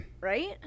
Right